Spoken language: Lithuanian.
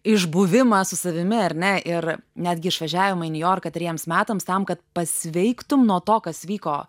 išbuvimą su savimi ar ne ir netgi išvažiavimą į niujorką trejiems metams tam kad pasveiktum nuo to kas vyko